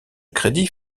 crédit